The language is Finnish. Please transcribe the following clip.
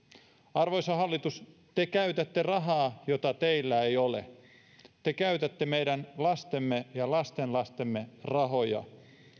arvoisa hallitus te käytätte rahaa jota teillä ei ole te käytätte meidän lastemme ja lastenlastemme rahoja